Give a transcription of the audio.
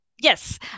Yes